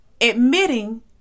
admitting